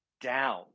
down